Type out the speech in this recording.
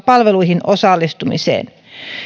palveluihin osallistumiseen